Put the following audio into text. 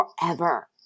forever